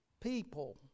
people